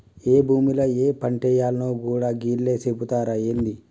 ఏ భూమిల ఏ పంటేయాల్నో గూడా గీళ్లే సెబుతరా ఏంది?